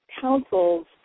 councils